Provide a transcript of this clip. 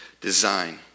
design